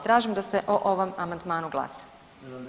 Tražim da se o ovom amandmanu glasa.